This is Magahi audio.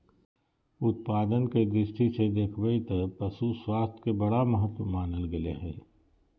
उत्पादन के दृष्टि से देख बैय त पशु स्वास्थ्य के बड़ा महत्व मानल गले हइ